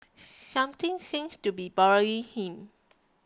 something seems to be bothering him